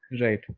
Right